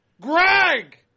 Greg